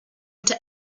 into